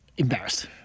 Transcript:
Embarrassed